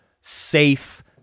safe